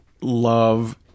love